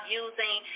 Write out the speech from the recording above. using